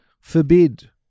forbid